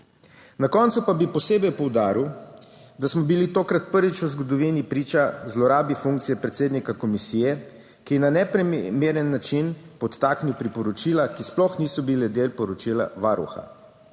Na koncu pa bi posebej poudaril, da smo bili tokrat prvič v zgodovini priča zlorabi funkcije predsednika komisije, ki je na neprimeren način podtaknil priporočila, ki sploh niso bile del poročila Varuha.